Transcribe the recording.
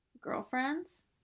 girlfriends